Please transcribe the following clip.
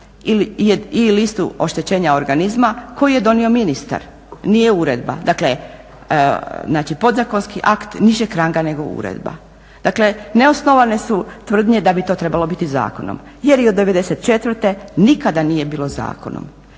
i listu oštećenja organizma koji je donio ministar, nije uredba. Dakle, znači podzakonski akt nižeg ranga nego uredba. Dakle, neosnovane su tvrdnje da bi to trebalo biti zakonom jer i od '94. nikada nije bilo zakonom.